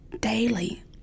daily